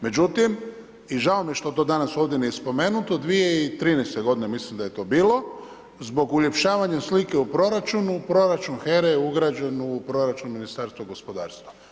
Međutim, i žao mi je što to danas nije ovdje spomenuto, 2013. g. mislim da je to bilo, zbog uljepšavanje slike u proračun, u proračun HERA-e je ugrađen u proračun Ministarstva gospodarstva.